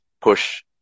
push